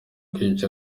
kwica